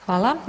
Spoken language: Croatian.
Hvala.